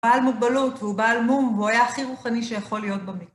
הוא בעל מוגבלות, והוא בעל מום, והוא היה הכי רוחני שיכול להיות במ...